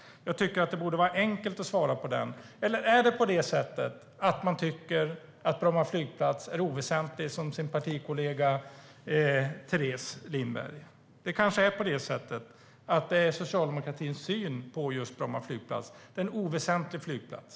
Det borde vara enkelt att svara på. Är det på det sättet att Anna Johansson, liksom partikollegan Teres Lindberg, tycker att Bromma flygplats är oväsentlig? Socialdemokratins syn på Bromma flygplats är kanske att det är en oväsentlig flygplats.